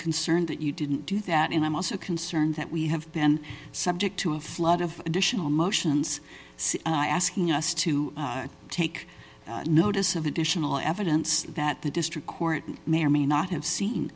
concerned that you didn't do that and i'm also concerned that we have been subject to a flood of additional motions and i asking us to take notice of additional evidence that the district court may or may not have seen